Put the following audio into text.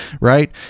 right